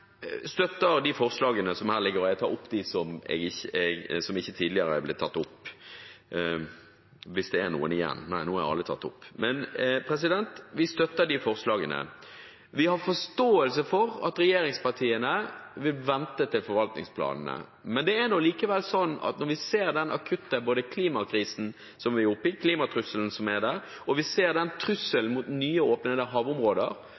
og Miljøpartiet De Grønne opp forslag nr. 4, som ikke tidligere er tatt opp. Vi har forståelse for at regjeringspartiene vil vente på forvaltningsplanen. Det er nå likevel sånn at når vi ser den akutte klimakrisen som vi er oppe i, klimatrusselen som er der, og når vi ser den trusselen med nyåpnede havområder,